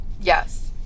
Yes